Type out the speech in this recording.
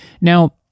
Now